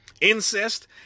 Incest